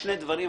שני דברים,